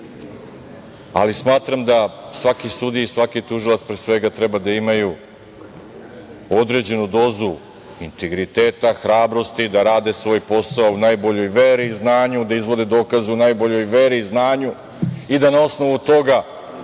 ali smatram da svaki sudija i svaki tužilac pre svega treba da imaju određenu dozu integriteta, hrabrosti da rade svoj posao u najboljoj veri, znanju, da izvode dokaze u najboljoj veri, znanju i da na osnovu toga